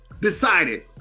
decided